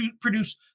produce